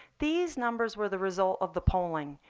these numbers were the result of the polling.